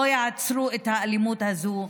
לא יעצרו את האלימות הזו,